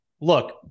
Look